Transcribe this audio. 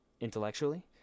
intellectually